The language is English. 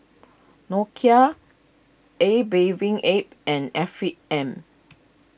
Nokia A Bathing Ape and Afiq M